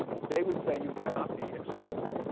they would say you cannot be excluded.